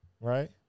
Right